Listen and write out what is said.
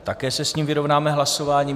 Také se s ním vyrovnáme hlasováním.